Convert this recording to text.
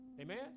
amen